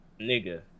nigga